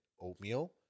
oatmeal